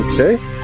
Okay